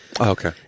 Okay